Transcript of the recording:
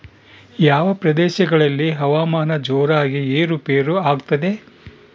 ಯಾವ ಪ್ರದೇಶಗಳಲ್ಲಿ ಹವಾಮಾನ ಜೋರಾಗಿ ಏರು ಪೇರು ಆಗ್ತದೆ?